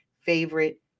favorite